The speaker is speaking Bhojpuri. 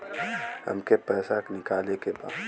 हमके पैसा निकाले के बा